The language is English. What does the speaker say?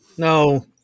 No